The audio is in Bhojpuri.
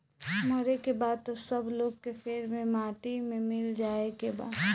मरे के बाद त सब लोग के फेर से माटी मे मिल जाए के बा